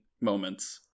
moments